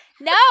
No